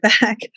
back